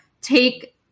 take